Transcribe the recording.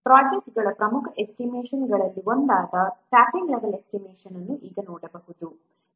ಪ್ರೊಜೆಕ್ಟ್ಗಳ ಪ್ರಮುಖ ಎಸ್ಟಿಮೇಷನ್ಗಳಲ್ಲಿ ಒಂದಾದ ಸ್ಟಾಫ್ಯಿಂಗ್ ಲೆವೆಲ್ ಎಸ್ಟಿಮೇಷನ್ ಅನ್ನು ಈಗ ನೋಡಬಹುದು